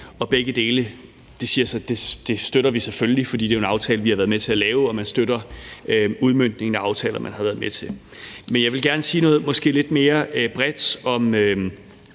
og begge dele støtter vi selvfølgelig, for det er en aftale, vi har været med til at lave, og man støtter udmøntningen af aftaler, man har været med til. Men jeg vil gerne sige noget måske lidt mere bredt om